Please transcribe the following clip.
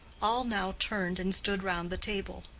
all now turned and stood round the table.